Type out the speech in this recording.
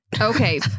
Okay